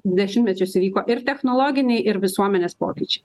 dešimtmečius įvyko ir technologiniai ir visuomenės pokyč